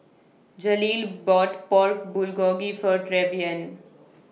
Jaleel bought Pork Bulgogi For Trevion